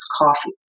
coffee